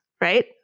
Right